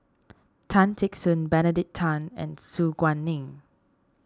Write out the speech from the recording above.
Tan Teck Soon Benedict Tan and Su Guaning